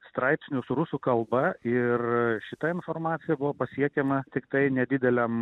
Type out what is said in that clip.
straipsnius rusų kalba ir šita informacija buvo pasiekiama tiktai nedideliam